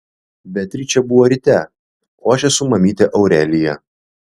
beatričė buvo ryte o aš esu mamytė aurelija